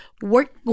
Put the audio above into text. work